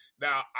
Now